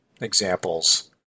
examples